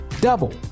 Double